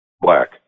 Black